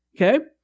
Okay